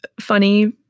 funny